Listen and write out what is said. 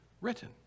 written